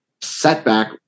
setback